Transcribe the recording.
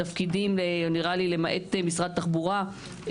בתפקידים נראה לי למעט משרד התחבורה,